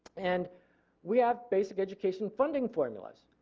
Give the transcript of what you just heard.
and we have basic education funding formulas.